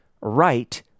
right